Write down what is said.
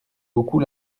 beaucoup